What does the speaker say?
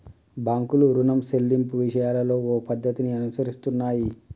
బాంకులు రుణం సెల్లింపు విషయాలలో ఓ పద్ధతిని అనుసరిస్తున్నాయి